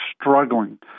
struggling